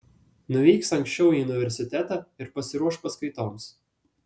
nuvyks anksčiau į universitetą ir pasiruoš paskaitoms